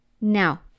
Now